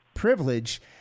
privilege